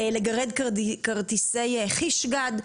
לגרד כרטיס "חיש-גד",